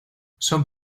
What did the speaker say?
son